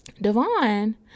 Devon